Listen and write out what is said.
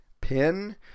pin